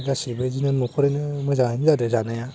गासिबो बेदिनो न'खरैनो मोजाङानो जादों जानाया